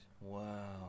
Wow